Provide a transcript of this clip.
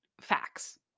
facts